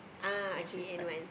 when she start